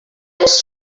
this